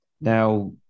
Now